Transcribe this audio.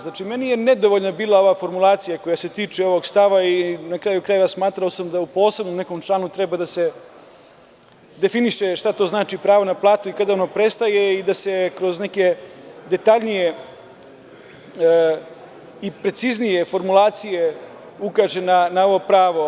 Meni je bila nedovoljna ova formulacija koja se tiče ovog stava i na kraju krajeva smatrao sam da u nekom posebnom članu treba da se definiše šta to znači pravo na platu i kada ono prestaje i da se kroz neke detaljnije i preciznije formulacije ukaže na ovo pravo.